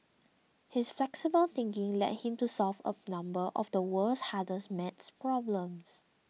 his flexible thinking led him to solve a number of the world's hardest maths problems